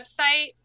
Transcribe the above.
website